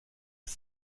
ist